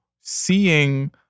seeing